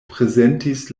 prezentis